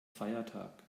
feiertag